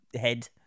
head